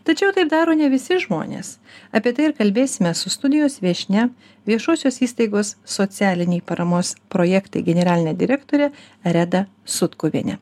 tačiau tai daro ne visi žmonės apie tai ir kalbėsime su studijos viešnia viešosios įstaigos socialiniai paramos projektai generaline direktore reda sutkuviene